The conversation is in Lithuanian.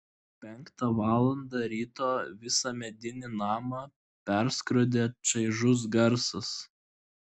penktą valandą ryto visą medinį namą perskrodė čaižus garsas